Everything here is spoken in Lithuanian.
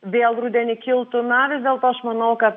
vėl rudenį kiltų na vis dėlto aš manau kad